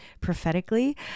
prophetically